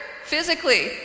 physically